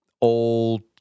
old